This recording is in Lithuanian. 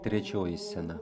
trečioji scena